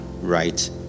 right